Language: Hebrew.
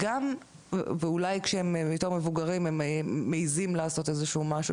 ואולי כשהם יותר מבוגרים הם מעיזים לעשות משהו,